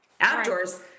Outdoors